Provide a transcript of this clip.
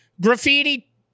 graffiti